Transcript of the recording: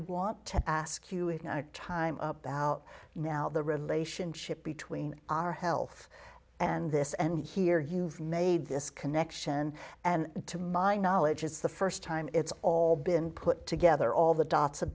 want to ask you a time about now the relationship between our health and this and here you've made this connection and to my knowledge it's the first time it's all been put together all the dots